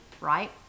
right